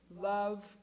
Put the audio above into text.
Love